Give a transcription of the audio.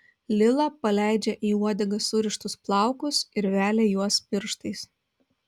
lila paleidžia į uodegą surištus plaukus ir velia juos pirštais